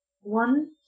One